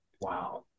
Wow